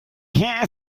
herr